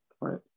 right